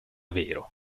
vero